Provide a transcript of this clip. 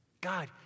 God